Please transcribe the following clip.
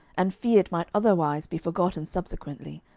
and feared might otherwise be forgotten subsequently,